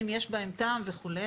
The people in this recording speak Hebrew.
אם יש בהם טעם וכולי.